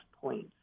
points